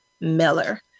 Miller